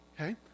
Okay